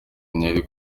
ntiyari